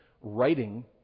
writing